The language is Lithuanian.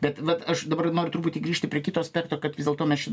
bet vat aš dabar noriu truputį grįžti prie kito aspekto kad vis dėlto mes čia